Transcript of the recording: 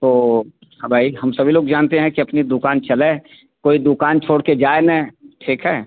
तो हाँ भाई हम सभी लोग जानते हैं कि अपनी दुकान चले कोई दुकान छोड़ कर जाए ना ठीक है